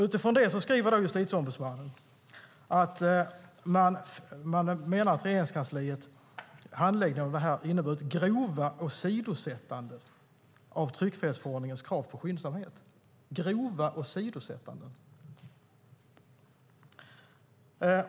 Utifrån det menar Justitieombudsmannen att Regeringskansliets handläggning av detta "har inneburit grova åsidosättanden av tryckfrihetsförordningens krav på skyndsamhet". Grova åsidosättanden.